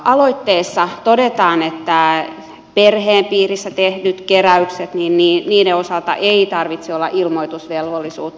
aloitteessa todetaan että perheen piirissä tehtyjen keräysten osalta ei tarvitse olla ilmoitusvelvollisuutta